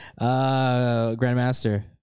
Grandmaster